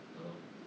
ya lor